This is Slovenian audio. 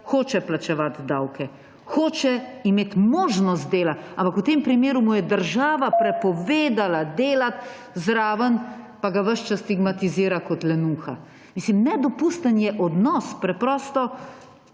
hoče plačevati davke, hoče imeti možnost dela, ampak v tem primeru mu je država prepovedala delati, zraven pa ga ves čas stigmatizira kot lenuha. Mislim, nedopusten je odnos! Preprosto